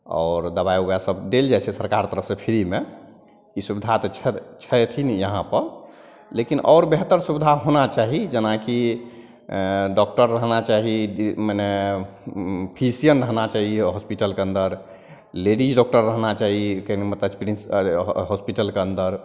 आओर दवाइ उवाइसब देल जाइ छै सरकार तरफसे फ्रीमे ई सुविधा तऽ छै छथिन यहाँपर लेकिन आओर बेहतर सुविधा होना चाही जेना कि अएँ डॉकटर रहना चाही मने उँ फिजिशिअन रहना चाहिए हॉसपिटलके अन्दर लेडिज डॉकटर रहना चाही कहैके मतलब एक्सपीरिएन्स्ड हॉसपिटलके अन्दर